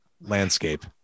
landscape